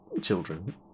children